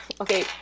Okay